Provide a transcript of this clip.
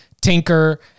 tinker